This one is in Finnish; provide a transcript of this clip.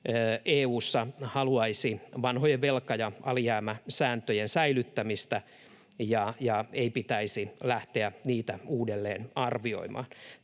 EU:ssa haluaisi vanhojen velka- ja alijäämäsääntöjen säilyttämistä ja sitä, että ei pitäisi lähteä niitä uudelleen arvioimaan.